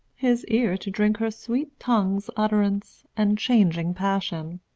his ear to drink her sweet tongue's utterance, and changing passion,